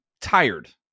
tired